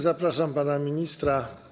Zapraszam pana ministra.